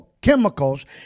chemicals